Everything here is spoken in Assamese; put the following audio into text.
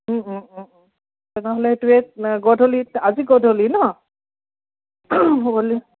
তেনেহ'লে এইটোৱেই গধূলি আজি গধূলি ন হ'ব